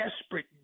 desperate